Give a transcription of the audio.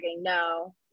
no